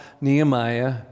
Nehemiah